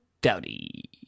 Dowdy